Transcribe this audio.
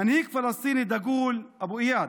מנהיג פלסטיני דגול, אבו איאד,